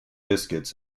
biscuits